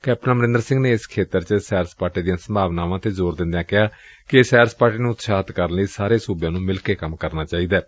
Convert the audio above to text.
captain Amarinder Singh ਨੇ ਇਸ ਖੇਤਰ ਵਿਚ ਸੈਰ ਸਪਾਟੇ ਦੀਆਂ ਸੰਭਾਵਨਾਵਾਂ ਤੇ ਜ਼ੋਰ ਦਿੰਦਿਆਂ ਕਿਹਾ ਕਿ ਸੈਰ ਸਪਾਟੇ ਨੂੰ ਉਤਸ਼ਾਹਿਤ ਕਰਨ ਲਈ ਸਾਰਿਆਂ ਸੁਬਿਆਂ ਨੂੰ ਮਿਲ ਕੇ ਕੰਮ ਕਰਨਾ ਚਾਹੀਦੈ